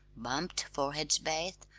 bumped foreheads bathed,